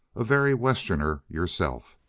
a very westerner yourself!